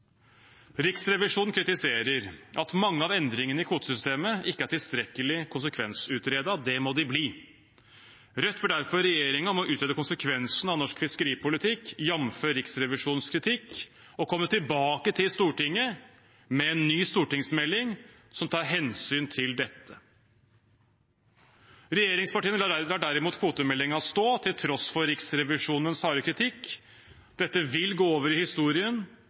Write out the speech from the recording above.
Riksrevisjonen kritiserer at mange av endringene i kvotesystemet ikke er tilstrekkelig konsekvensutredet – det må de bli! Rødt ber derfor regjeringen om å utrede konsekvensene av norsk fiskeripolitikk, jamfør Riksrevisjonens kritikk, og komme tilbake til Stortinget med en ny stortingsmelding som tar hensyn til dette. Regjeringspartiene lar derimot kvotemeldingen stå, til tross for Riksrevisjonens harde kritikk. Dette vil gå over i historien